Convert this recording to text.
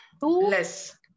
less